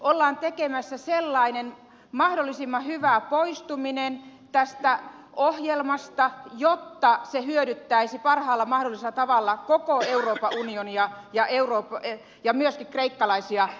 ollaan tekemässä mahdollisimman hyvä poistuminen tästä ohjelmasta sellainen joka hyödyttäisi parhaalla mahdollisella tavalla koko euroopan unionia ja myöskin kreikkalaisia itseään